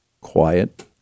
quiet